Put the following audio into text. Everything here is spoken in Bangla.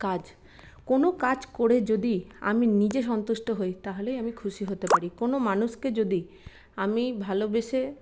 কাজ কোনো কাজ করে যদি আমি নিজে সন্তুষ্ট হই তাহলেই আমি খুশি হতে পারি কোনো মানুষকে যদি আমি ভালোবেসে